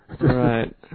Right